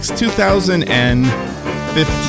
2015